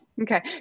Okay